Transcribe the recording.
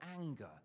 anger